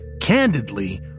candidly